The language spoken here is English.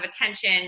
attention